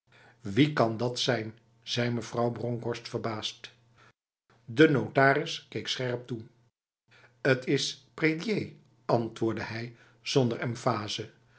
wie kan dat zijn zei mevrouw bronkhorst verbaasd de notaris keek scherp toe t is prédier antwoordde hij zonder emfase